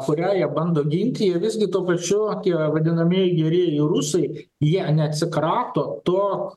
kurią jie bando ginti jie visgi tuo pačiu tie vadinamieji gerieji rusai jie neatsikrato to